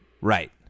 Right